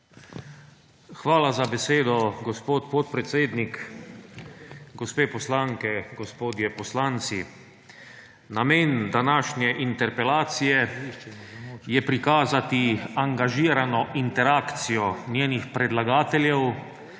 Hvala za besedo, gospod podpredsednik. Gospe poslanke, gospodje poslanci! Namen današnje interpelacije je prikazati angažirano interakcijo njenih predlagateljev